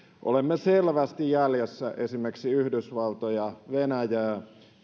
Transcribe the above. olemme selvästi jäljessä esimerkiksi yhdysvaltoja venäjää ja kiinaa